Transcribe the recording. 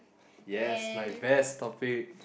yes my best topic